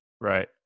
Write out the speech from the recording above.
Right